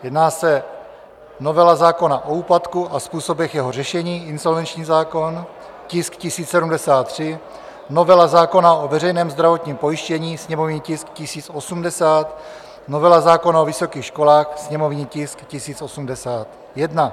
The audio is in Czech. Jedná se o novelu zákona o úpadku a způsobech jeho řešení insolvenční zákon, tisk 1073; novelu zákona o veřejném zdravotním pojištění, sněmovní tisk 1080; novelu zákona o vysokých školách, sněmovní tisk 1081.